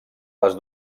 les